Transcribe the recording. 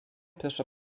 proszę